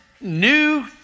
new